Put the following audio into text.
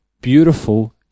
beautiful